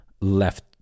left